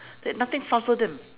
they have nothing fuzzle them